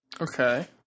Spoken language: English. Okay